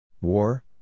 War